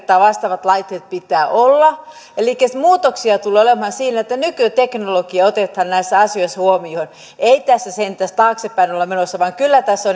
tai vastaavien laitteiden pitää olla elikkä muutoksia tulee olemaan siinä että nykyteknologia otetaan näissä asioissa huomioon ei tässä sentään taaksepäin olla menossa vaan kyllä tässä